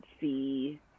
see